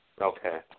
Okay